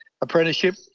apprenticeship